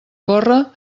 corre